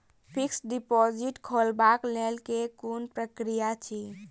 Fixed deposit खोलबाक लेल केँ कुन प्रक्रिया अछि?